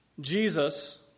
Jesus